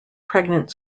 pregnant